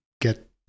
get